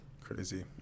Crazy